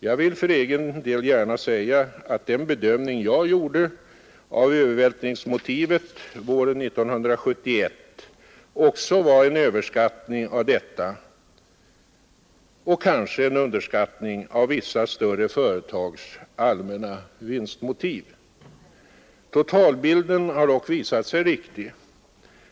Jag vill för egen del gärna säga att den bedömning jag gjorde av övervältringsmotivet våren 1971 också var en överskattning av detta och kanske en underskattning av vissa större företags allmänna vinstmotiv. Totalbilden har dock visat sig riktig.